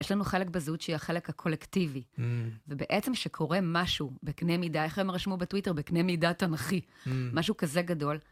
יש לנו חלק בזהןת, החלק הקולקטיבי. ובעצם שקורה משהו בקנה מידה, איך הם רשמו בטוויטר? בקנה מידה תנכי, משהו כזה גדול.